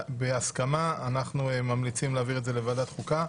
בהסכמה, אנחנו ממליצים להעביר את זה לוועדת החוקה.